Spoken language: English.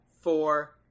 four